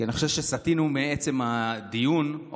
אני חושב שסטינו מעצם הדיון.